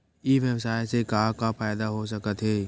ई व्यवसाय से का का फ़ायदा हो सकत हे?